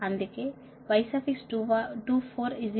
అందుకేY24 Y420